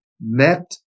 met